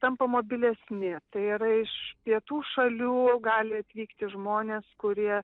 tampa mobilesni tai yra iš pietų šalių gali atvykti žmonės kurie